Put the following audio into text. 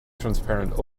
transparent